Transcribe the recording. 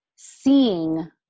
seeing